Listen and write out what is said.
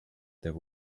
there